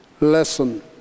lesson